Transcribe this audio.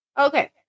Okay